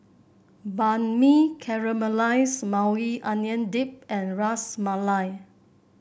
Banh Mi Caramelized Maui Onion Dip and Ras Malai